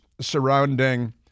surrounding